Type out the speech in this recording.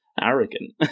arrogant